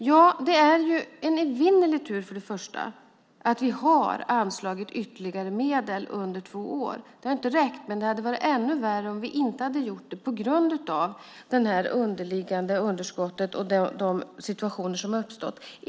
Ja, det är först och främst en evinnerlig tur att vi har anslagit ytterligare medel under två år. Det har inte räckt, men det hade varit ännu värre om vi inte hade gjort det på grund av det underliggande underskottet och de situationer som har uppstått.